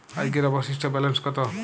আজকের অবশিষ্ট ব্যালেন্স কত?